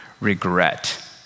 regret